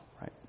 right